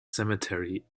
cemetery